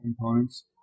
components